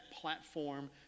platform